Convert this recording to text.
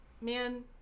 man